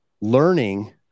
learning